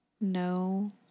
No